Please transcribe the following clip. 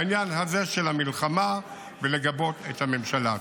בעניין הזה של המלחמה, ולגבות את הממשלה.